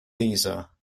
caesar